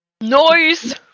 Noise